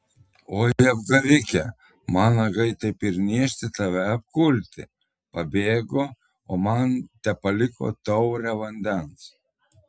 oi apgavike man nagai taip ir niežti tave apkulti pabėgo o man tepaliko taurę vandens